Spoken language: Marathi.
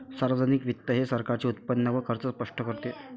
सार्वजनिक वित्त हे सरकारचे उत्पन्न व खर्च स्पष्ट करते